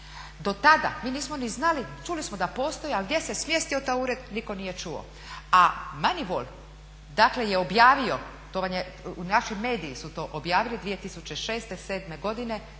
Do tada mi nismo ni znali, čuli smo da postoji ali gdje se smjestio taj ured nitko nije čuo. A … dakle je objavio, to vam je, naši mediji su to objavili 2006., 2007. godine,